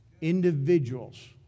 Individuals